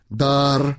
dar